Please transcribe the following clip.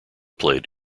played